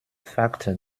fakt